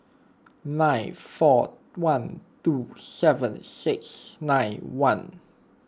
nine four one two seven six nine one